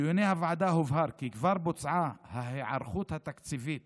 בדיוני הוועדה הובהר כי כבר בוצעה ההיערכות התקציבית